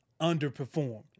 underperformed